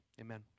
amen